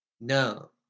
No